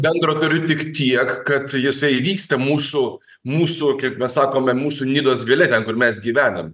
bendro turiu tik tiek kad jisai vyksta mūsų mūsų kaip mes sakome mūsų nidos gale ten kur mes gyvenam